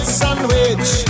sandwich